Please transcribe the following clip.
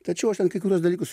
tačiau aš ten kai kuriuos dalykus